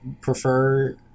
prefer